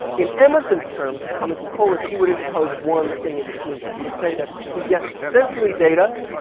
in emerson's terms, coming from coolidge, he would interpose one thing in between there. he would say that we get sensory data.